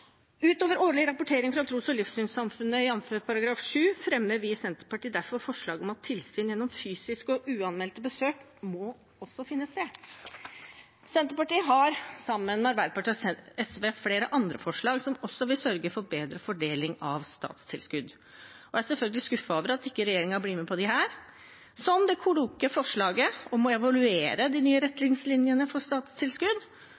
Utover årlig rapportering fra tros- og livssynssamfunn, jf. § 7, fremmer vi i Senterpartiet derfor forslag om at tilsyn gjennom fysiske og uanmeldte besøk også må finne sted. Senterpartiet har sammen med Arbeiderpartiet og Sosialistisk Venstreparti flere andre forslag, som også vil sørge for bedre fordeling av statstilskudd, og er selvfølgelig skuffet over at ikke regjeringen blir med på disse som det kloke forslaget om å evaluere de nye